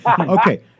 okay